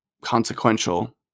consequential